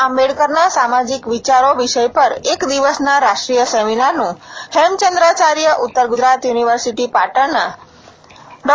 આંબેક્ટરના સામાજીક વિચારો વિષય પર એક દિવસના રાષ્ટ્રીય સેમીનારનું હેમચંદ્રાચાર્ય ઉત્તર ગુજરાત યુનિવર્સિટી પાટણના ડૉ